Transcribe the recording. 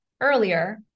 earlier